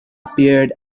appeared